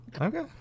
Okay